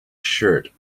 shirt